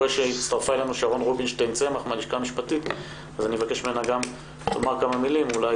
בסגר הראשון יצאו בקמפיין, שהיה